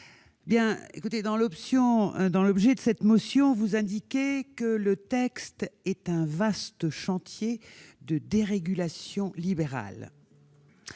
dans l'objet de cette motion, vous indiquez que ce projet de loi est « un vaste chantier de dérégulation libérale